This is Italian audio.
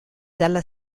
dalla